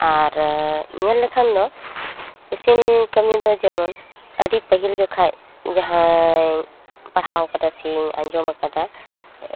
ᱟᱨ ᱧᱮᱞ ᱞᱮᱠᱷᱟᱱ ᱫᱚ ᱤᱥᱤᱱ ᱠᱟᱹᱢᱤ ᱫᱚ ᱡᱮᱢᱚᱱ ᱟᱹᱰᱤ ᱯᱟᱹᱦᱤᱞ ᱡᱚᱠᱷᱟᱡ ᱡᱟᱦᱟᱸᱭ ᱯᱟᱲᱦᱟᱣ ᱟᱠᱟᱫᱟ ᱥᱮᱧ ᱟᱸᱡᱚᱢ ᱟᱠᱟᱫᱟ